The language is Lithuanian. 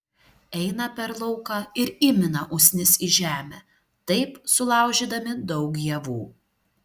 eina per lauką ir įmina usnis į žemę taip sulaužydami daug javų